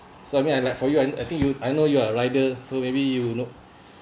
so I mean I like for you I I think you I know you are rider so maybe you know